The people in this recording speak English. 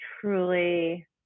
truly